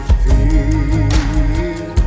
feel